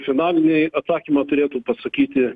finalinį atsakymą turėtų pasakyti